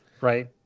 Right